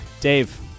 dave